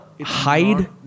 hide